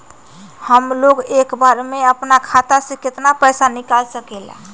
हमलोग एक बार में अपना खाता से केतना पैसा निकाल सकेला?